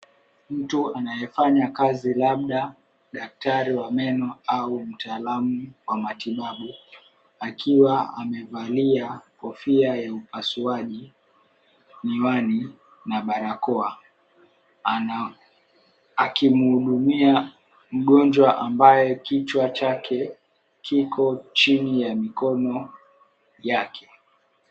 Mtu anayefanya kazi, labda daktari wa meno au mtaalamu wa matibabu akiwa amevalia kofia ya upasuaji, miwani na barakoa akimuhudumia mgonjwa ambaye kichwa chake kiko chini ya mikono yake.